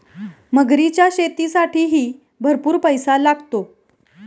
मगरीच्या शेतीसाठीही भरपूर पैसा लागतो